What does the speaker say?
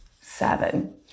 Seven